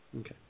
okay